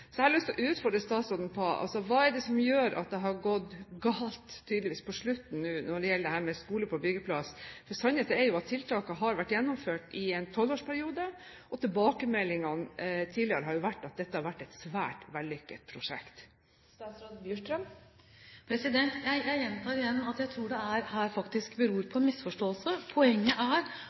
Så jeg har lyst til å utfordre statsråden på følgende: Hva er det som gjør at det tydeligvis har gått galt nå på slutten når det gjelder Skole på byggeplass? Sannheten er at tiltakene har vært gjennomført i en tolvårsperiode, og tilbakemeldingene tidligere har vært at dette har vært et svært vellykket prosjekt. Jeg gjentar at jeg tror at dette faktisk beror på en misforståelse. Poenget er